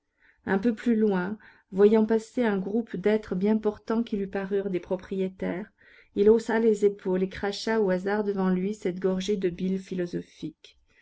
un peu plus loin voyant passer un groupe d'êtres bien portants qui lui parurent des propriétaires il haussa les épaules et cracha au hasard devant lui cette gorgée de bile philosophique